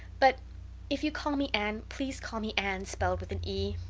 but if you call me anne please call me anne spelled with an e.